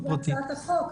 --- בהצעת החוק,